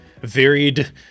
varied